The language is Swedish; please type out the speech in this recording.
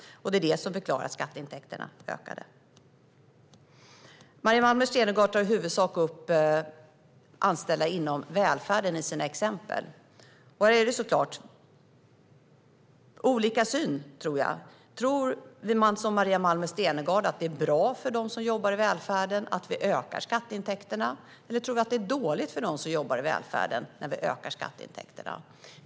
Det är detta som förklarar att skatteintäkterna ökade. Maria Malmer Stenergard tar i sina exempel i huvudsak upp anställda inom välfärden. Här har vi nog olika syn. Tror vi, som Maria Malmer Stenergard, att det är bra för dem som jobbar i välfärden att vi ökar skatteintäkterna, eller tror vi att det är dåligt för dem som jobbar i välfärden när vi ökar skatteintäkterna?